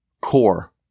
core